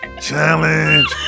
challenge